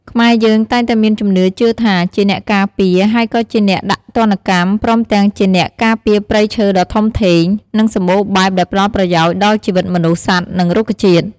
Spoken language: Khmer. ខ្មែរយើងតែងតែមានជំនឿជឿថា ជាអ្នកការពារ ហើយក៏ជាអ្នកដាក់ទណ្ឌកម្ម ព្រមទាំងជាអ្នកការពារព្រៃឈើដ៏ធំធេង និងសម្បូរបែបដែលផ្ដល់ប្រយោជន៍ដល់ជីវិតមនុស្ស សត្វ និងរុក្ខជាតិ។